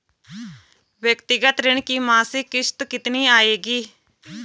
व्यक्तिगत ऋण की मासिक किश्त कितनी आएगी?